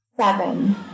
Seven